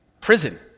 prison